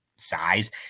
size